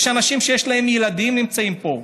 יש אנשים שיש להם ילדים שנמצאים פה,